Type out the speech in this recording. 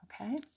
Okay